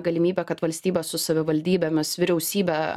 galimybę kad valstybė su savivaldybėmis vyriausybe